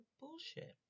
bullshit